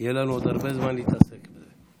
יהיה לנו עוד הרבה זמן להתעסק בזה.